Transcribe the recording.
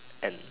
and